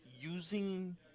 using